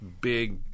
big